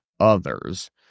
others